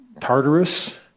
Tartarus